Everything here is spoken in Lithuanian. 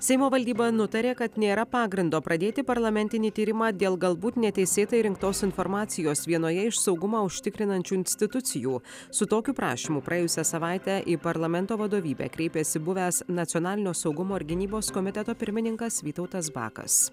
seimo valdyba nutarė kad nėra pagrindo pradėti parlamentinį tyrimą dėl galbūt neteisėtai rinktos informacijos vienoje iš saugumą užtikrinančių institucijų su tokiu prašymu praėjusią savaitę į parlamento vadovybę kreipėsi buvęs nacionalinio saugumo ir gynybos komiteto pirmininkas vytautas bakas